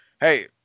hey